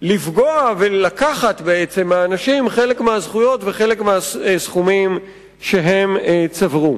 לפגוע ולקחת מהאנשים חלק מהזכויות וחלק מהסכומים שהם צברו.